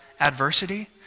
adversity